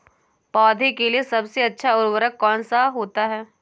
पौधे के लिए सबसे अच्छा उर्वरक कौन सा होता है?